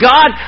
God